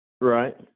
Right